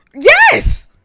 Yes